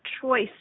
choice